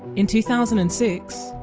in two thousand and six,